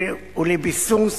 ולביסוס